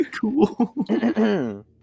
Cool